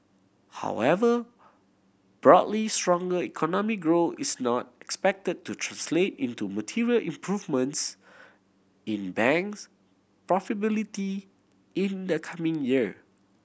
however broadly stronger economic growth is not expected to translate into material improvements in bank profitability in the coming year